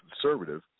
conservative